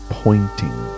pointing